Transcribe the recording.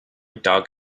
dug